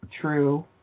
True